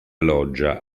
loggia